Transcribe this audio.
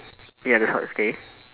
ya that's what I say